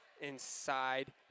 inside